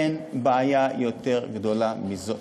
אין בעיה שאני מכיר שהיא יותר גדולה מזו.